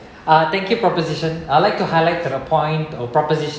uh thank you proposition I'd like to highlight that our point or proposition